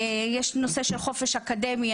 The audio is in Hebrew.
יש נושא של חופש אקדמי,